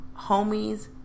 homies